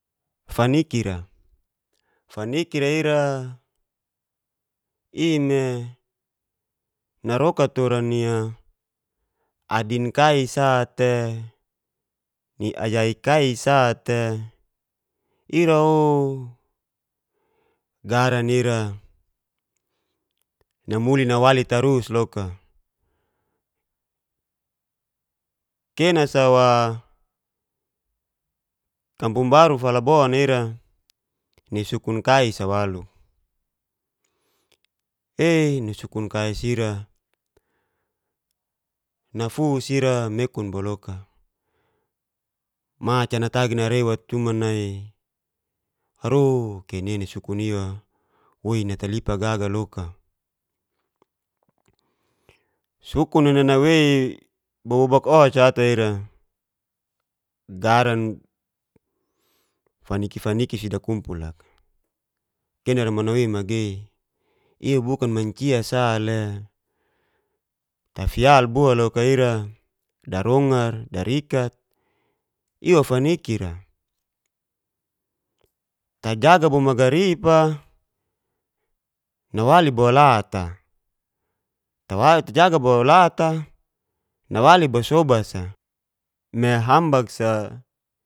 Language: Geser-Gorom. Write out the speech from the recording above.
Faniki'ra, fanikir ira i'me naroka tura ni'a adin kai sa'te, ni aya'i kai sa te ira'o garan ira namuli nawali tarus loka, kena sawa kampung baru falabon ira ni sukun kai sa wali ee ni sukun kaisira nafus ira mekun boloka maca ntagi narewat cuman nai aroo ke'i ni sukunia woi natalipa gaga loka. nusuk'a nawei bobok oca ata ira faniki-faniki si dakummpul laka'kenara namau nawei magei iabukan manci sa le tafial bua loka ira darongar darikat iwa fanikir'a tagaga bo magarib'a nawali bo lat'a, ta jaga bo lat'a nawali bo sobas'a me hambak sa.